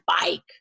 bike